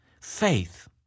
Faith